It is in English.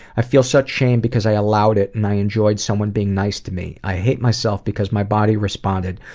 i feel such shame because i allowed it and i enjoyed someone being nice to me. i hate myself because my body responded,